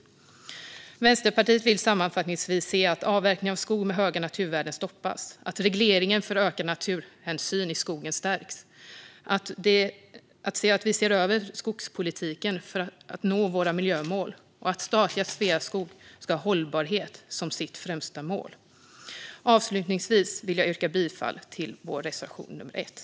Sammanfattningsvis vill Vänsterpartiet se att avverkning av skog med höga naturvärden stoppas, att regleringen för ökad naturhänsyn i skogen stärks, att skogspolitiken ses över för att nå våra miljömål och att statliga Sveaskog ska ha hållbarhet som sitt främsta mål. Jag yrkar bifall till reservation nummer 1.